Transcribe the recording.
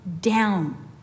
down